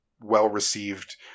well-received